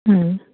ಹ್ಞೂ